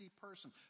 person